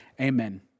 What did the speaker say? amen